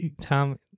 Tom